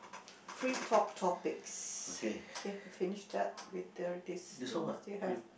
free talk topics K finish that with there this thing we still have